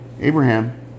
Abraham